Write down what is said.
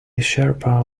sherpa